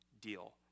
deal